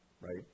Right